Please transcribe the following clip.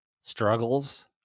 struggles